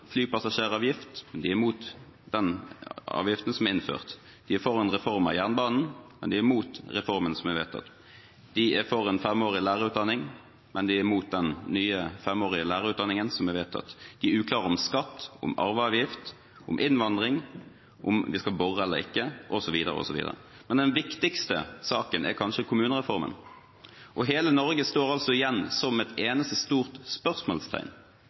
flypassasjeravgift – men de er imot den avgiften som er innført. De er for en reform av jernbanen – men de er imot den reformen som er vedtatt. De er for en femårig lærerutdanning – men de er imot den nye femårige lærerutdanningen som er vedtatt. De er uklare om skatt, om arveavgift, om innvandring, om vi skal bore eller ikke, osv. Men den viktigste saken er kanskje kommunereformen. Hele Norge står igjen som et eneste stort spørsmålstegn